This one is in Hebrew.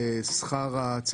בוקר טוב.